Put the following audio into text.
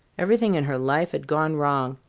everything in her life had gone wrong.